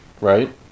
right